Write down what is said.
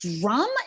drum